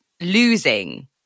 losing